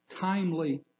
timely